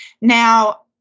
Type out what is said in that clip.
Now